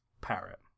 Parrot